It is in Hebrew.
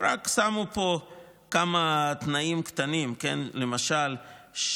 רק שמו כמה תנאים קטנים: למשל,